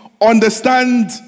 understand